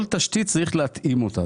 כל תשתית צריך להתאים אותה,